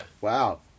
wow